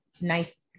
nice